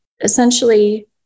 essentially